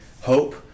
hope